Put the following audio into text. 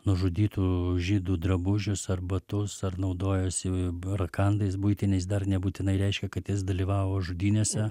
nužudytų žydų drabužius ar batus ar naudojosi rakandais buitiniais dar nebūtinai reiškia kad jis dalyvavo žudynėse